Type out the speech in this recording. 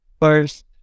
first